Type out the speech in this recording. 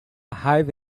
raiva